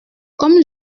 comme